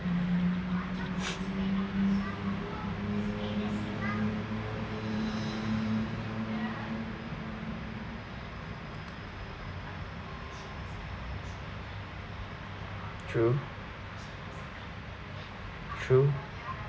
true true